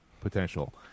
potential